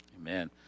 Amen